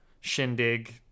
shindig